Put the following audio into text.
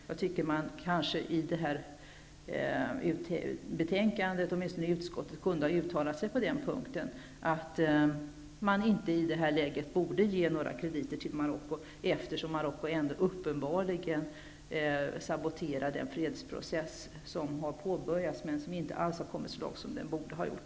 Jag tycker att utskottet åtminstone kunde ha uttalat sig och sagt att man i detta läge inte ge några krediter till Marocko, eftersom Marocko ändå uppenbarligen saboterar den fredsprocess som har påbörjats, men som inte alls har kommit så långt som den borde ha gjort.